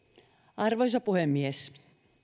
arvoisa puhemies